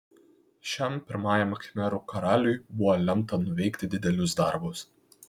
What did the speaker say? šiam pirmajam khmerų karaliui buvo lemta nuveikti didelius darbus